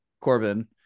Corbin